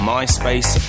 MySpace